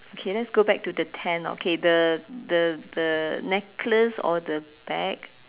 okay let's go back to the ten okay the the the necklace or the bag